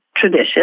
tradition